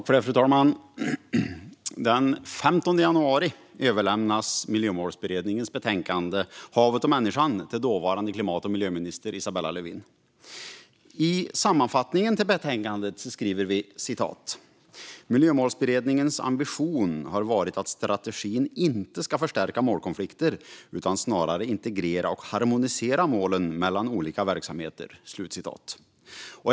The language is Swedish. Fru talman! Den 15 januari överlämnades Miljömålsberedningens betänkande Havet och människan till dåvarande klimat och miljöminister Isabella Lövin. I sammanfattningen till betänkandet skriver vi: "Miljömålsberedningens ambition har varit att strategin inte ska förstärka målkonflikter utan att snarare integrera och harmonisera målen för olika verksamheter."